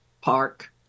park